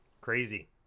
Crazy